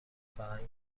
فرهنگ